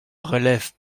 relèvent